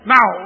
Now